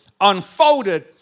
unfolded